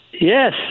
Yes